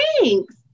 thanks